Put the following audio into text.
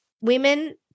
women